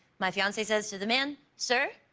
my fiancee says to the man, sir,